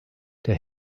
der